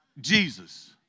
Jesus